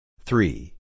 Three